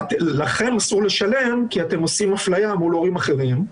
ולכם אסור לשלם כי אתם עושים אפליה מול הורים אחרים,